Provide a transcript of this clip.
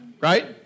right